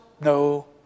No